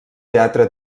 teatre